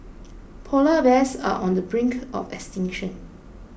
Polar Bears are on the brink of extinction